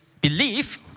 belief